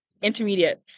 Intermediate